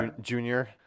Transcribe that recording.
Junior